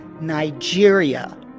Nigeria